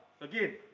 again